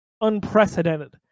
unprecedented